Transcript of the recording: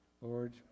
Lord